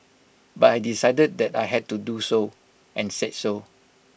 but I decided that I had to do so and said so